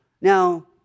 Now